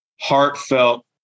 heartfelt